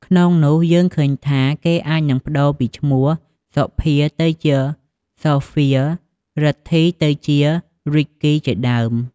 ក្នុងនោះយើងឃើញថា គេអាចនឹងប្តូរពីឈ្មោះ សុភា ទៅជា សូហ្វៀរ រិទ្ធី ទៅជា រីកគី ជាដើម។